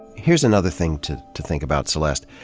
here's another thing to to think about, celeste.